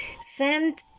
send